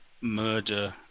murder